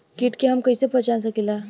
कीट के हम कईसे पहचान सकीला